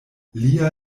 lia